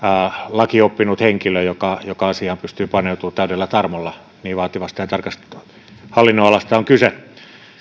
lainoppinut henkilö joka joka asiaan pystyy paneutumaan täydellä tarmolla niin vaativasta ja tarkasta hallinnonalasta on kyse